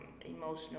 emotional